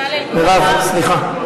בצלאל, מירב, סליחה.